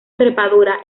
trepadora